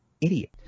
idiot